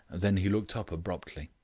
then he looked up abruptly.